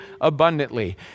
abundantly